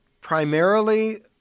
primarily